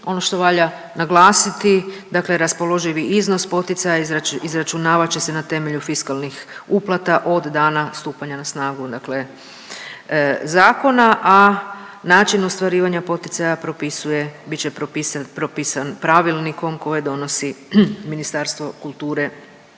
ono što valja naglasiti, dakle raspoloživi iznos poticaja izračunavat će se na temelju fiskalnih uplata od dana stupanja na snagu, dakle zakona, a način ostvarivanja poticaja propisuje, bit će propisan pravilnikom koje donosi Ministarstvo kulture